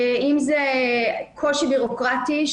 אם זה קושי בירוקרטי,